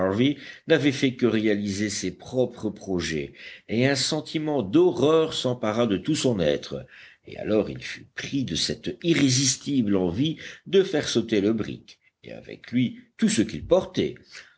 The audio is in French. n'avait fait que réaliser ses propres projets et un sentiment d'horreur s'empara de tout son être et alors il fut pris de cette irrésistible envie de faire sauter le brick et avec lui tous ceux qu'il portait